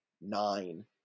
nine